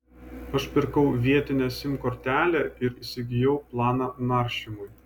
aš pirkau vietinę sim kortelę ir įsigijau planą naršymui